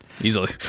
Easily